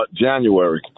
January